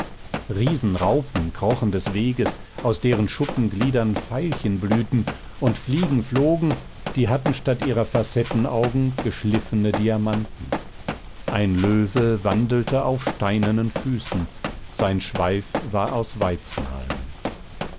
riesenraupen krochen des weges aus deren schuppengliedern veilchen blühten und fliegen flogen die hatten statt ihrer facettenaugen geschliffenen diamanten ein löwe wandelte auf steinernen füßen sein schweif war aus